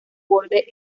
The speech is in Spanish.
borde